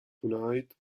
tonight